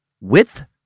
width